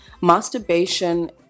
masturbation